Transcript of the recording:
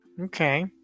Okay